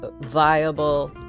viable